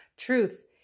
Truth